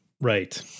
Right